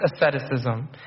asceticism